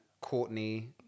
Courtney